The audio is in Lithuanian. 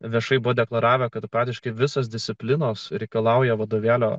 viešai buvo deklaravę kad praktiškai visos disciplinos reikalauja vadovėlio